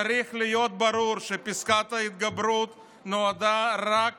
צריך להיות ברור שפסקת ההתגברות נועדה רק